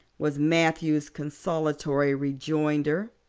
was matthew's consolatory rejoinder.